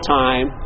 time